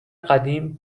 قدیم